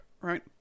right